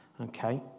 Okay